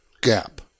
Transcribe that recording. Gap